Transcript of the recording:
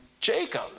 Jacob